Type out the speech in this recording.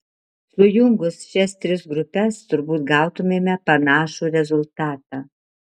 sujungus šias tris grupes turbūt gautumėme panašų rezultatą